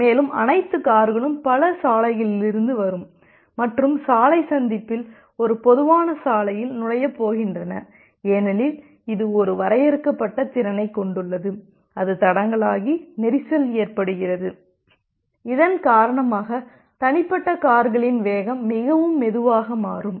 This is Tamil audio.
மேலும் அனைத்து கார்களும் பல சாலைகளில் இருந்து வரும் மற்றும் சாலை சந்திப்பில் ஒரு பொதுவான சாலையில் நுழையப் போகின்றன ஏனெனில் இது ஒரு வரையறுக்கப்பட்ட திறனைக் கொண்டுள்ளது அது தடங்கலாகி நெரிசல் ஏற்படுகிறது இதன் காரணமாக தனிப்பட்ட கார்களின் வேகம் மிகவும் மெதுவாக மாறும்